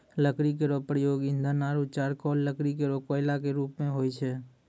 लकड़ी केरो प्रयोग ईंधन आरु चारकोल लकड़ी केरो कोयला क रुप मे होय छै